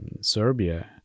Serbia